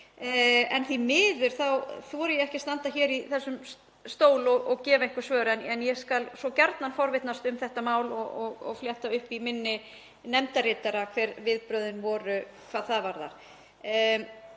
Því miður þori ég ekki að standa í þessum stól og gefa einhver svör en ég skal svo gjarnan forvitnast um þetta mál og fletta upp í minni nefndarritara hver viðbrögðin voru hvað það varðar.